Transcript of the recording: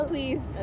Please